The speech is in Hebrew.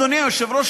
אדוני היושב-ראש,